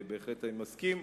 בהחלט אני מסכים.